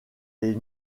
les